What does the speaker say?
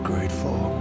Grateful